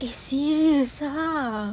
eh serious ah